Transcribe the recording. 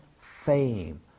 fame